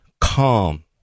calm